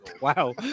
Wow